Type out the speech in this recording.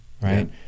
Right